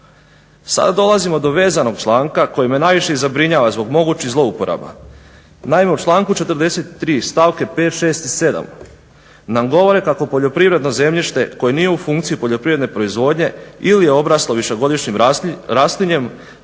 Sada dolazimo do vezanog članka koji me najviše i zabrinjava zbog mogućih zlouporaba. Naime u članku 43.stavke 5., 6. i 7. nam govore kako poljoprivredno zemljište koje nije u funkciji poljoprivredne proizvodnje ili je obraslo višegodišnjim raslinjem